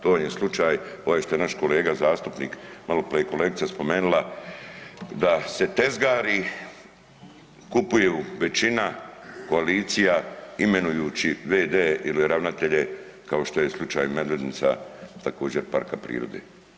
To vam je slučaj ovaj što je naš kolega zastupnik malo prije je kolegica spomenula da se tezgari, kupuju većina koalicija imenujući v.d. ili ravnatelje kao što je slučaj Medvednica također parka prirode.